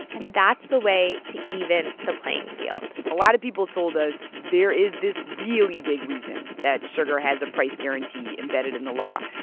and that's the way to even the playing field a lot of people told us there is this really big reason that sugar has a price guarantee embedded in the law.